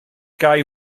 gau